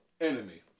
enemy